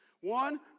One